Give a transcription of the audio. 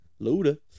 Luda